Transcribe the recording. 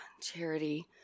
Charity